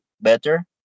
better